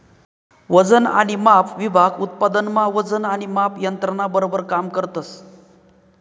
वजन आणि माप विभाग उत्पादन मा वजन आणि माप यंत्रणा बराबर उपयोग करतस